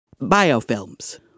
Biofilms